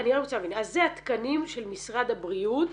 אלה התקנים של משרד הבריאות